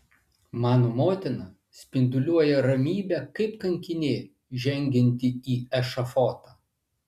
mano motina spinduliuoja ramybe kaip kankinė žengianti į ešafotą